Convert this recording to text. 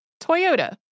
Toyota